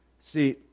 See